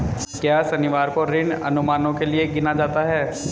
क्या शनिवार को ऋण अनुमानों के लिए गिना जाता है?